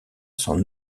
son